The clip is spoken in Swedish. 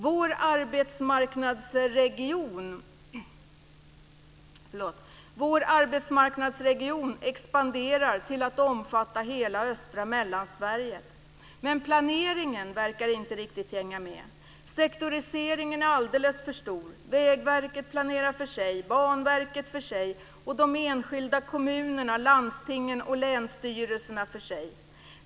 Vår arbetsmarknadsregion expanderar till att omfatta östra Mellansverige. Men planeringen verkar inte riktigt hänga med. Sektoriseringen är alldeles för stor. Vägverket planerar för sig, Banverket för sig och de enskilda kommunerna, landstingen och länsstyrelserna för sig.